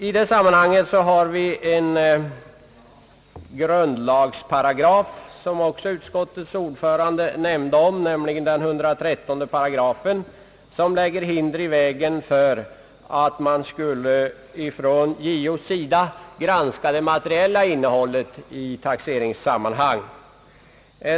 I det sammanhanget har vi emellertid — som utskottet också nämner — en grundlagsparagraf, nämligen § 113 i regeringsformen, som lägger hinder i vägen för JO att granska det materiella innehållet i taxeringsärenden.